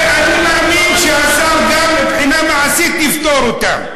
ואני מאמין שהשר גם מבחינה מעשית יפטור אותם.